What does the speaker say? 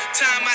time